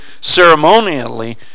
ceremonially